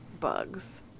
bugs